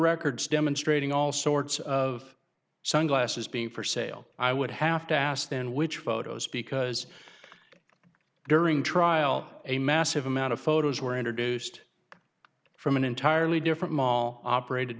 records demonstrating all sorts of sunglasses being for sale i would have to ask then which photos because during trial a massive amount of photos were introduced from an entirely different mall operated